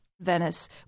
Venice